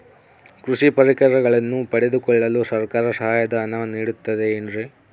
ಕೃಷಿ ಪರಿಕರಗಳನ್ನು ಪಡೆದುಕೊಳ್ಳಲು ಸರ್ಕಾರ ಸಹಾಯಧನ ನೇಡುತ್ತದೆ ಏನ್ರಿ?